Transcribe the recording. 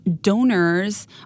donors